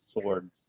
swords